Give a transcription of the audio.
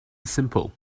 simple